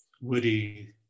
Woody